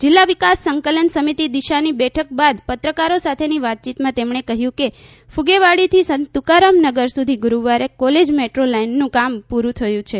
જિલ્લા વિકાસ સંકલન સમિતી દિશાની બેઠક બાદ પત્રકારો સાથેની વાતચીતમાં તેમણે કહ્યુંકે કૃગેવાડીથી સંતતુકારામ નગર થી ગરવારે કોલેજ મેદ્રો લાઈનનું કામ પૂરું થયું છે